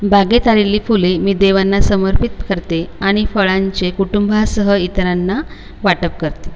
बागेत आलेली फुले मी देवांना समर्पित करते आणि फळांचे कुटुंबासह इतरांना वाटप करते